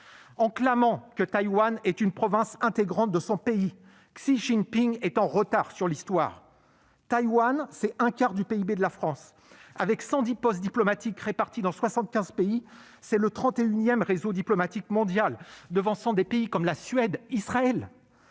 En clamant que Taïwan est une province intégrante de son pays, Xi Jinping est en retard sur l'histoire ! Taïwan, c'est un quart du PIB de la France. Avec 110 postes diplomatiques répartis dans 75 pays, c'est le trente et unième réseau diplomatique mondial, devançant des pays comme la Suède ou Israël.